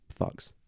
fucks